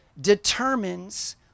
determines